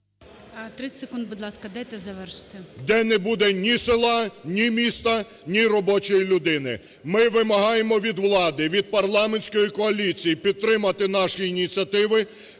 30 секунд, будь ласка, дайте завершити. ЛЯШКО О.В. … де не буде ні села, ні міста, ні робочої людини. Ми вимагаємо від влади, від парламентської коаліції підтримати наші ініціативи,